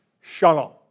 shalom